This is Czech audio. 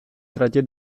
tratě